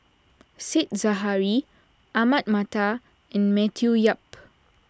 Said Zahari Ahmad Mattar and Matthew Yap